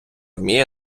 вміє